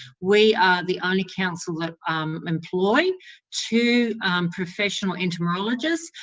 we are the only council that um employ two professional etymologists,